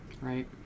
Right